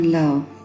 love